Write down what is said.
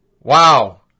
Wow